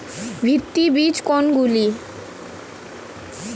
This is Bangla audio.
ভিত্তি বীজ কোনগুলি?